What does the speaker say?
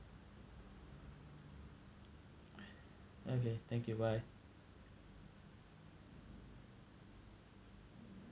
okay thank you bye